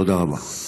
תודה רבה.